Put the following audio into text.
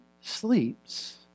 sleeps